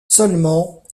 seulement